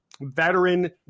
veteran